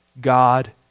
God